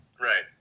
Right